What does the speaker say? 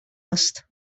است